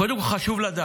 קודם כול, חשוב לדעת: